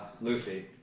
Lucy